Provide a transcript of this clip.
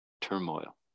turmoil